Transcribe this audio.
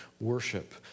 worship